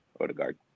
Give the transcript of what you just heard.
Odegaard